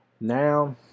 now